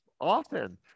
often